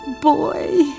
boy